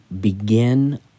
begin